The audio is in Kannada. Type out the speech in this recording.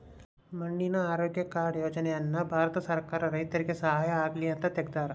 ಮಣ್ಣಿನ ಆರೋಗ್ಯ ಕಾರ್ಡ್ ಯೋಜನೆ ಅನ್ನ ಭಾರತ ಸರ್ಕಾರ ರೈತರಿಗೆ ಸಹಾಯ ಆಗ್ಲಿ ಅಂತ ತೆಗ್ದಾರ